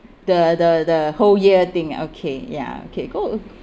the the the whole year thing okay ya okay go